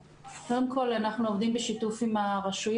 קודם כול, אנחנו עובדים בשיתוף עם הרשויות.